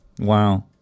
Wow